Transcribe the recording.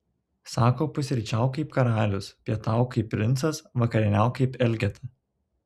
sako pusryčiauk kaip karalius pietauk kaip princas vakarieniauk kaip elgeta